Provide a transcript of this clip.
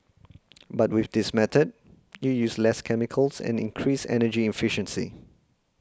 but with this method you use less chemicals and increase energy efficiency